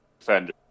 Defender